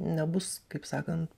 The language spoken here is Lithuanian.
nebus kaip sakant